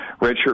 redshirt